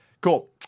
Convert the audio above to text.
Cool